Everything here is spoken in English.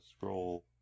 scroll